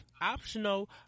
Optional